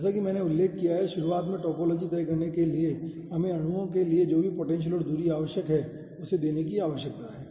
जैसा कि मैंने उल्लेख किया है शुरुआत में टोपोलॉजी तय करने के लिए हमें अणुओं के लिए जो भी पोटेंशियल और दूरी आवश्यक है उसे देने की आवश्यकता है